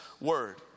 word